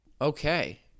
Okay